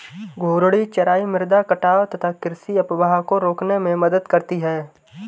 घूर्णी चराई मृदा कटाव तथा कृषि अपवाह को रोकने में मदद करती है